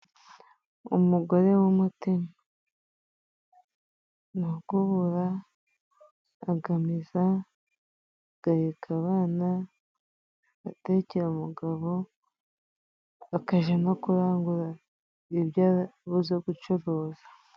Umugore w'umutima ni ukubura, agamesa, agaheka abana, agatekera umugabo, akaja no kurangura ibyo ari buze gucuruza.